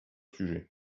sujet